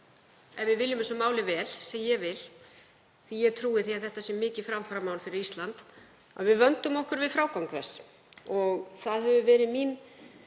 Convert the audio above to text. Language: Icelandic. ef við viljum þessu máli vel, sem ég vil, því að ég trúi því að þetta sé mikið framfaramál fyrir Ísland, að við vöndum okkur við frágang þess. Það hafa verið mín